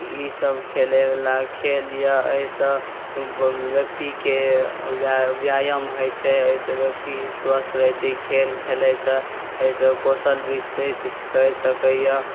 ईसभ खेलयवला खेल यए एहिसँ व्यक्तिकेँ व्यायाम होइत छै व्यक्ति स्वस्थ रहैत छै ई खेल खेलयसँ कौशल विकसित कय सकैए